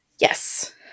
Yes